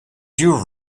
you